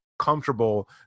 comfortable